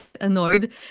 annoyed